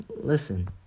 listen